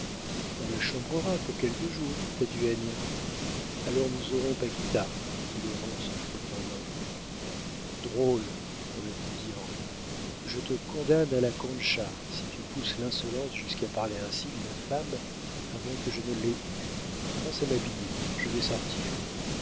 on la chambrera pour quelques jours ta duègne alors nous aurons paquita dit laurent en se frottant les mains drôle répondit henri je te condamne à la concha si tu pousses l'insolence jusqu'à parler ainsi d'une femme avant que je ne l'aie eue pense à m'habiller je vais sortir